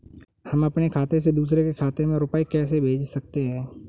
हम अपने खाते से दूसरे के खाते में रुपये कैसे भेज सकते हैं?